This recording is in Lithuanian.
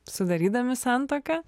sudarydami santuoką